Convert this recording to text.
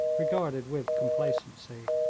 regarded with complacency.